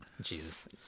jesus